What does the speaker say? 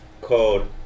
called